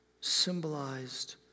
symbolized